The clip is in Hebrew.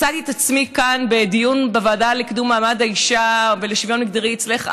מצאתי את עצמי כאן בדיון בוועדה לקידום מעמד האישה ולשוויון מגדרי אצלך,